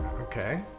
Okay